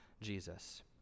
Jesus